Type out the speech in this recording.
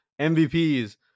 MVPs